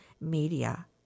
media